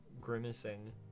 grimacing